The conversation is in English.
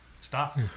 stop